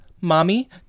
mommy